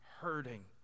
hurting